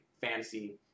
fantasy